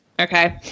Okay